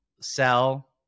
sell